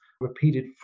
repeated